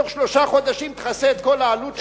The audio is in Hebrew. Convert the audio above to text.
בתוך שלושה חודשים תכסה את כל העלות שלה.